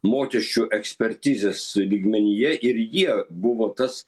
mokesčių ekspertizės lygmenyje ir jie buvo tas